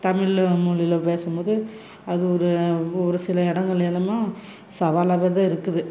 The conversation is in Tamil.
தமிழ் மொழியில பேசும்போது அது ஒரு ஒரு சில இடங்கள்ல எல்லாம் சவாலாவது இருக்குது